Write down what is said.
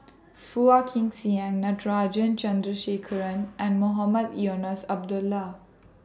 Phua Kin Siang Natarajan Chandrasekaran and Mohamed Eunos Abdullah